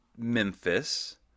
Memphis